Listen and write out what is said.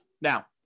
Now